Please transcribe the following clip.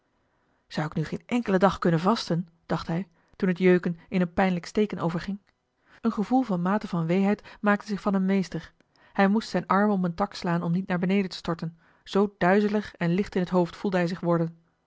zou ik nu geen enkelen dag kunnen vasten dacht hij toen het jeuken in een pijnlijk steken overging een gevoel van maten van weeheid maakte zich van hem meester hij moest zijne armen om een tak slaan om niet naar beneden te storten zoo duizelig en licht in het hoofd voelde hij zich worden